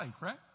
right